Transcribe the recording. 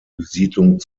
besiedlung